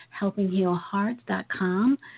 helpinghealhearts.com